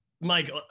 Mike